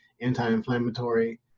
anti-inflammatory